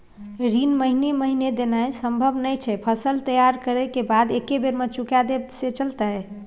ऋण महीने महीने देनाय सम्भव नय छै, फसल तैयार करै के बाद एक्कै बेर में चुका देब से चलते?